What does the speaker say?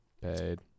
Paid